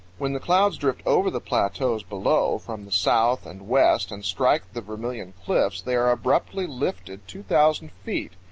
when the clouds drift over the plateaus below from the south and west and strike the vermilion cliffs, they are abruptly lifted two thousand feet,